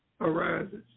arises